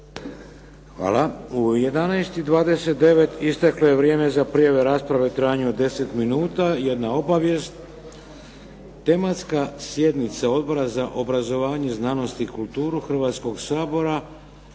Hvala. U 11,29 isteklo je vrijeme za prijavu rasprave u trajanju od 10 minuta. Jedna obavijest, tematska sjednica Odbora za obrazovanje, znanost i kulturu Hrvatskoga sabora